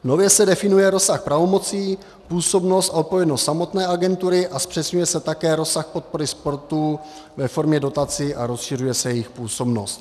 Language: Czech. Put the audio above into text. Nově se definuje rozsah pravomocí, působnost a odpovědnost samotné agentury a zpřesňuje se také rozsah podpory sportu ve formě dotací a rozšiřuje se jejich působnost.